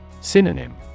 Synonym